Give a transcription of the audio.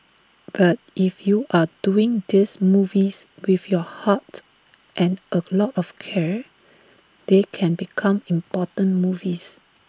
but if you're doing these movies with your heart and A lot of care they can become important movies